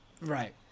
Right